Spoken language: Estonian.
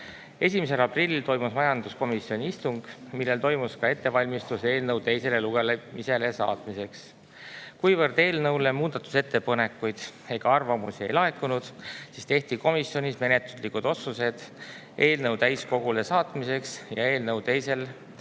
1. aprillil toimus majanduskomisjoni istung, kus toimus ka ettevalmistus eelnõu teisele lugemisele saatmiseks. Kuivõrd eelnõu kohta muudatusettepanekuid ega arvamusi ei laekunud, tehti komisjonis menetluslikud otsused eelnõu täiskogule saatmiseks ja eelnõu teisel lugemisel